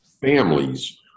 families